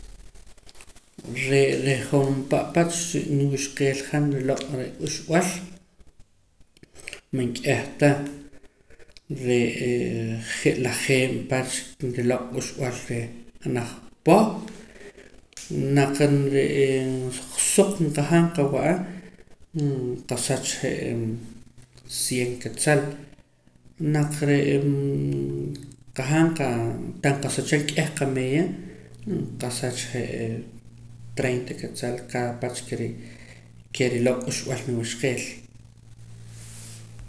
Ree' reh jumpa' pach niwuxqeel han riloq' k'uxb'al man k'eh ta re'ee je' lajeeb' pach nriloq' k'uxb'al reh janaj poh naq re'ee soq nqajaam qawa'a nqasach je' cien quetzal naq re' qajaam qaa ntah nqasacham k'eh qameeya nqasach je'ee treinta quetzal kaad pach ke re' ke riloq' k'uxb'al niwuxqeel